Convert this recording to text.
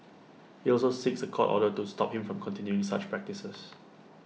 IT also seeks A court order to stop him from continuing such practices